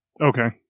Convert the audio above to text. Okay